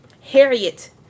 Harriet